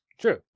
True